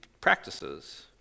practices